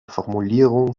formulierung